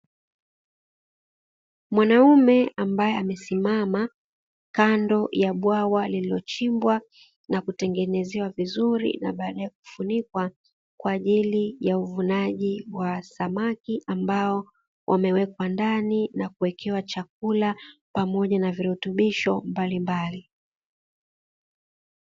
Mwanaume ambaye amesimama kando ya bwawa lililochimbwa na kutengenezewa vizuri na baadae kufunikwa kwa ajili ya uvunaji wa samaki, ambao wamewekwa ndani na kuwekewa chakula pamoja na virutubisho mbalimbali.